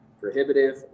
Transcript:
prohibitive